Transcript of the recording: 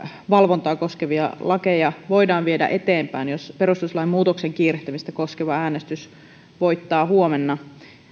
valvontaa koskevia lakeja voidaan viedä eteenpäin jos perustuslain muutoksen kiirehtimistä koskeva kanta voittaa huomenna